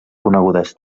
coneguts